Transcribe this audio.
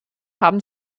haben